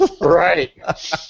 Right